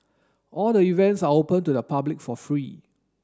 all the events are open to the public for free